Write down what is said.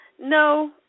No